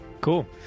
Cool